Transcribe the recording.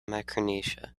micronesia